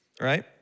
right